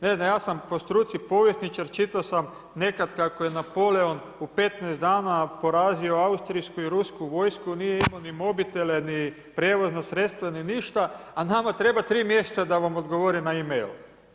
Ne znam ja sam po struci povjesničar, čitao sam nekad kako je Napoleon u 15 dana porazio austrijsku i rusku vojsku nije imao ni mobitele, ni prevozna sredstva ni ništa, a nama treba tri mjeseca da vam odgovore na email.